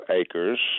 Acres